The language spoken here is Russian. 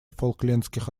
фолклендских